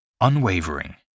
Unwavering